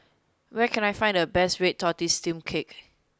where can I find the best red tortoise steamed cake